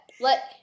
Let